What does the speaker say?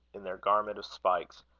in their garment of spikes,